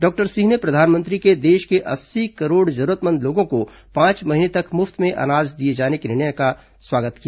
doctor Singh ने प्रधानमंत्री के देश के अस्सी करोड़ जरूरतमंद लोगों को पांच महीने तक मुफ्त में अनाज दिए जाने के निर्णय का स्वागत किया